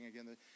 again